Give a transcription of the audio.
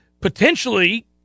potentially